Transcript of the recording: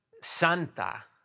santa